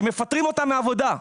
שמפטרים אותם מהעבודה,